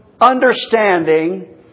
understanding